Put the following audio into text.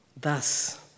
Thus